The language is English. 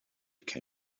can